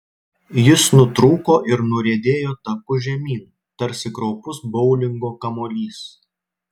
jis nutrūko ir nuriedėjo taku žemyn tarsi kraupus boulingo kamuolys